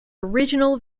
original